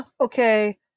Okay